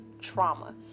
trauma